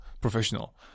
professional